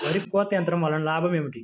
వరి కోత యంత్రం వలన లాభం ఏమిటి?